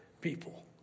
people